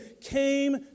came